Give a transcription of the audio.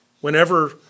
Whenever